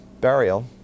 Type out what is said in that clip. burial